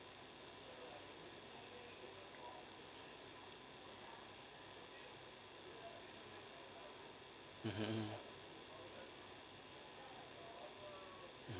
mmhmm